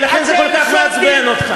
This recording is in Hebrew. ולכן זה כל כך מעצבן אותך.